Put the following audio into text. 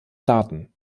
daten